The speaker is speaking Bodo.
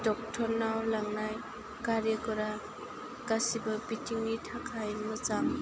ड'क्टरनाव लांनाय गारिफोरा गासिबो बिथिंनि थाखाय मोजां